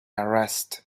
arrest